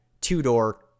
two-door